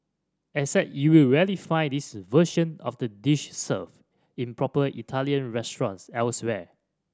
except you'll rarely find this version of the dish served in proper Italian restaurants elsewhere